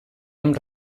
amb